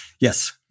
yes